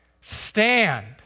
stand